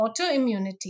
autoimmunity